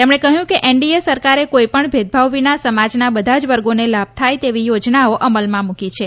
તેમણે કહયું કે એનડીએ સરકારે કોઈપણ ભેદભાવ વિના સમાજના બધા જ વર્ગોને લાભ થાય તેવી યોજનાઓ અમલમાં મૂકી છે